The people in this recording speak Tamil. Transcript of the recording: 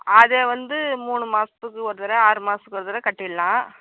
அதை வந்து மூணு மாதத்துக்கு ஒரு தடவ ஆறு மாதத்துக்கு ஒரு தடவ கட்டிடலாம்